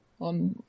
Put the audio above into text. on